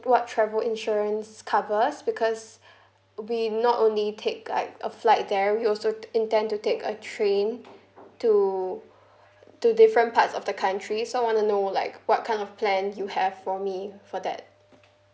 what travel insurance covers because we not only take like a flight there we also intend to take a train to to different parts of the country so I want to know like what kind of plan you have for me for that